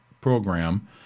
program